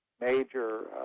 major